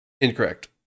Incorrect